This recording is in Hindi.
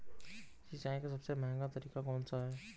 सिंचाई का सबसे महंगा तरीका कौन सा है?